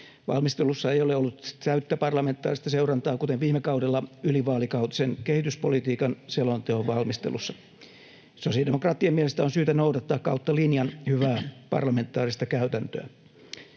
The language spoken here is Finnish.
Valmistelussa ei ole ollut täyttä parlamentaarista seurantaa, kuten viime kaudella ylivaalikautisen kehityspolitiikan selonteon valmistelussa. Sosiaalidemokraattien mielestä on syytä noudattaa kautta linjan hyvää parlamentaarista käytäntöä.